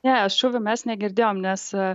ne šūvių mes negirdėjom nes